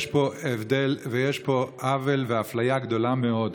יש פה הבדל ויש פה עוול ואפליה גדולה מאוד.